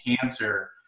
cancer